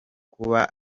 kuba